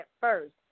first